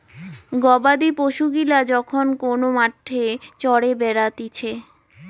গবাদি পশু গিলা যখন কোন মাঠে চরে বেড়াতিছে